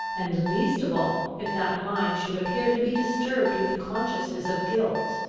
and, least of all, if that mind should appear to be disturbed with the consciousness of guilt.